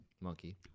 monkey